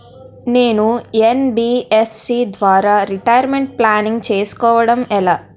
నేను యన్.బి.ఎఫ్.సి ద్వారా retirement planning చేసుకోవడం ఎలా?